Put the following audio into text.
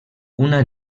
una